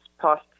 past